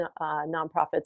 nonprofits